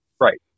Right